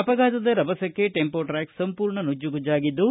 ಅಪಘಾತದ ರಭಸಕ್ಕೆ ಟೆಂಪೋಟ್ತಾಕ್ಸ್ ಸಂಪೂರ್ಣ ನಜ್ಜುಗುಜ್ಜಾಗಿದ್ದು